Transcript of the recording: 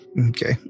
Okay